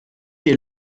dir